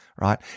right